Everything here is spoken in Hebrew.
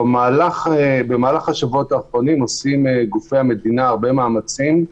במהלך השבועות האחרונים עושים גופי המדינה הרבה מאמצים,